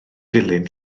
dilyn